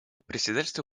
председательство